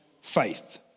Faith